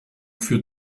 für